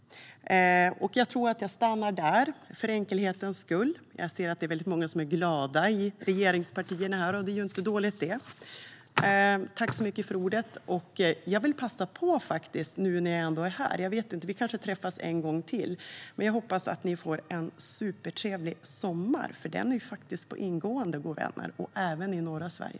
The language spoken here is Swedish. Jag tror att jag stannar där, för enkelhetens skull. Jag ser att det är många som är glada i regeringspartierna, och det är ju inte dåligt det! Jag vill nu när jag ändå är här passa på - även om vi kanske träffas en gång till - att önska er en supertrevlig sommar! Den är faktiskt på ingående, govänner, även i norra Sverige.